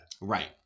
Right